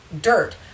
dirt